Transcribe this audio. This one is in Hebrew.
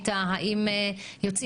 הדיון היום נערך כחלק מיום המודעות הארצי